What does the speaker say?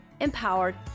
Empowered